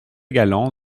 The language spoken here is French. galland